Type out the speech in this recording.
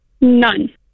None